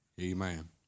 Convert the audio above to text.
Amen